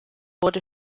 wurde